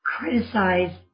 criticize